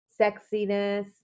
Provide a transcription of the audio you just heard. sexiness